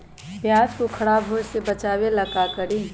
प्याज को खराब होय से बचाव ला का करी?